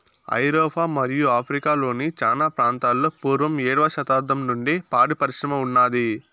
ఐరోపా మరియు ఆఫ్రికా లోని చానా ప్రాంతాలలో పూర్వం ఏడవ శతాబ్దం నుండే పాడి పరిశ్రమ ఉన్నాది